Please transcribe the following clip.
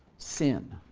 sin,